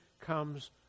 comes